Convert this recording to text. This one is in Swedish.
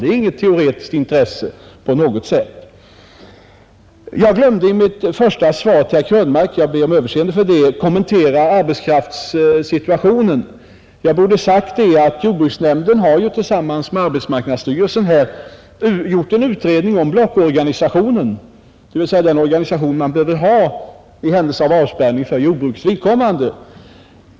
Det är inte alls ett teoretiskt intresse. I mitt svar till herr Krönmark glömde jag — jag ber om överseende med det — att kommentera arbetskraftssituationen. Jag borde ha sagt att jordbruksnämnden tillsammans med arbetsmarknadsstyrelsen har gjort en utredning om blockorganisationen, dvs. den organisation man behöver ha i händelse av avspärrning för jordbrukets vidkommande.